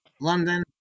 london